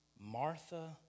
Martha